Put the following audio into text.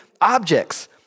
objects